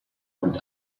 und